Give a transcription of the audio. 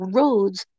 roads